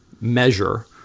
measure